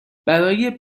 برای